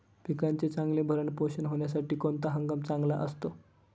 पिकाचे चांगले भरण पोषण होण्यासाठी कोणता हंगाम चांगला असतो?